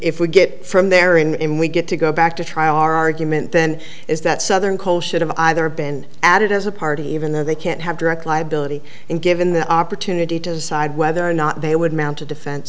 if we get from there in in we get to go back to trial argument then is that southern coast should have either been added as a party even though they can't have direct liability and given the opportunity to decide whether or not they would mount a defen